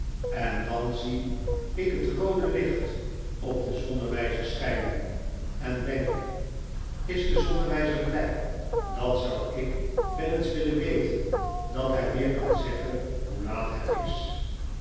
en dan zie ik het roode licht op den zonnewijzer schijnen en denk is de zonnewijzer blij dat zou ik wel eens willen weten dat hij weer kan zeggen hoe laat het is